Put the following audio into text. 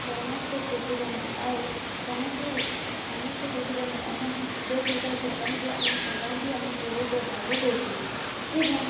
ସମସ୍ତେ କୃଷି କରନ୍ତି ଆଉ କୌଣସି ସମସ୍ତେ କୃଷି କରନ୍ତି ଏବଂ ବେସରକାର ସରକାରଙ୍କୁ ଆମେ ସରକାର ବି ଆମକୁ ବହୁତ ସାହାଯ୍ୟ କରୁଛି ଏବଂ